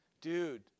dude